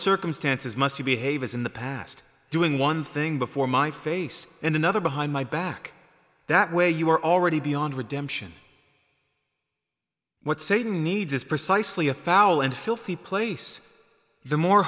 circumstances must behave as in the past doing one thing before my face and another behind my back that way you are already beyond redemption what satan needs is precisely a foul and filthy place the more